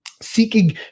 seeking